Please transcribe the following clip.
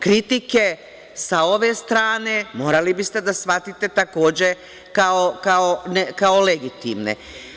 Kritike sa ove strane, morali biste da shvatite takođe kao legitimne.